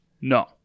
no